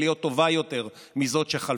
להיות טובה יותר מזאת שחלפה.